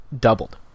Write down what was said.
doubled